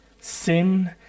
Sin